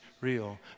real